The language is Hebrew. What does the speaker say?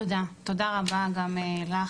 תודה רבה גם לך,